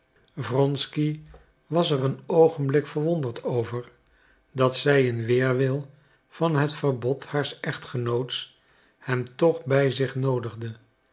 wronsky was er een oogenblik verwonderd over dat zij in weerwil van het verbod haars echtgenoots hem toch bij zich noodigde